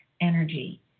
energy